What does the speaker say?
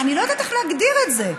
אני לא יודעת איך להגדיר את זה.